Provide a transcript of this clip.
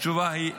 התשובה היא לא.